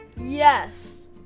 Yes